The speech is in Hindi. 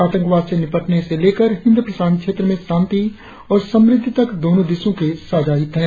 आतंकवाद से निपटने से लेकर हिंद प्रशांत क्षेत्र में शांति और समृद्धि तक दोनों देशों के साझा हित है